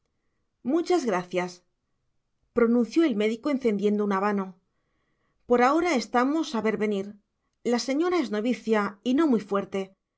muchas gracias pronunció el médico encendiendo un habano por ahora estamos a ver venir la señora es novicia y no muy fuerte